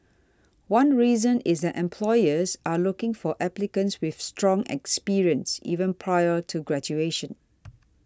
one reason is that employers are looking for applicants with strong experience even prior to graduation